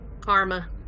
Karma